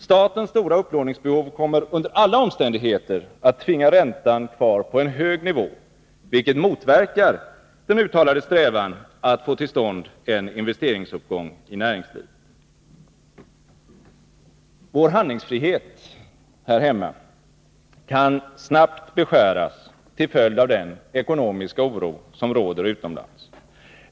Statens stora upplåningsbehov kommer under alla omständigheter att tvinga räntan kvar på en hög nivå, vilket motverkar den uttalade strävan att få till stånd en investeringsuppgång i näringslivet. Vår handlingsfrihet här hemma kan snabbt beskäras till följd av den ekonomiska oro som råder utomlands.